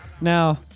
Now